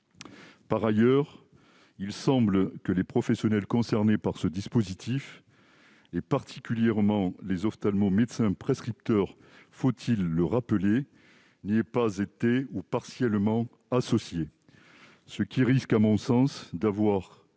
Par ailleurs, il semble que les professionnels concernés par ce dispositif, et particulièrement les ophtalmos- médecins prescripteurs, faut-il le rappeler ?-, n'y aient pas été associés ou seulement partiellement. Cela risque à mon sens de